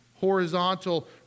horizontal